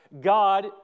God